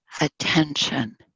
attention